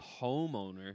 Homeowner